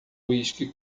uísque